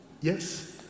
Yes